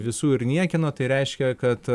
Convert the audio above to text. visų ir niekieno tai reiškia kad